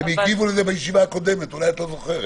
הם הגיבו לזה בישיבה הקודמת, אפילו בברכה.